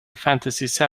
fantasy